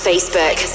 Facebook